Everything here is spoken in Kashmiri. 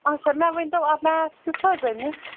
اچھا مےٚ ؤنۍ تو میتھ کیُتھ حظ أمِس